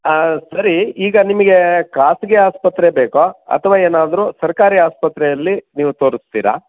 ಹಾಂ ಸರಿ ಈಗ ನಿಮಗೆ ಖಾಸಗಿ ಆಸ್ಪತ್ರೆ ಬೇಕೊ ಅಥವಾ ಏನಾದರೂ ಸರ್ಕಾರಿ ಆಸ್ಪತ್ರೆಯಲ್ಲಿ ನೀವು ತೋರಿಸ್ತೀರಾ